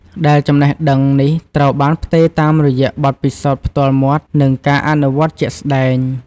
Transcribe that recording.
ដែលចំណេះដឹងនេះត្រូវបានផ្ទេរតាមរយៈបទពិសោធន៍ផ្ទាល់មាត់ និងការអនុវត្តជាក់ស្ដែង។